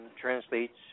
translates